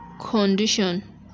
condition